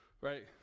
right